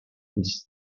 these